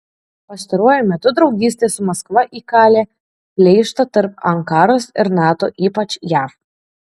pastaruoju metu draugystė su maskva įkalė pleištą tarp ankaros ir nato ypač jav